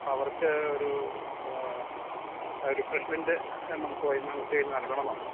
അവർക്ക് ഒരു റിഫ്രെഷ്മെൻറ് നമുക്ക് വൈകുന്നേരം ഉച്ചകഴിഞ്ഞ് നൽകണമെന്നുണ്ട്